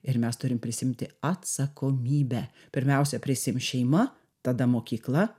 ir mes turim prisiimti atsakomybę pirmiausia prisiims šeima tada mokykla